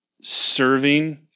serving